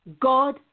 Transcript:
God